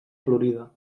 florida